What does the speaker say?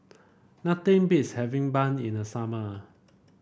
nothing beats having bun in the summer